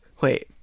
wait